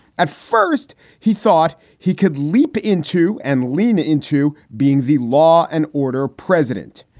at first he thought he could leap into and lean into being the law and order president.